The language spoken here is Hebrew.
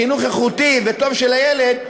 חינוך איכותי וטוב של הילד,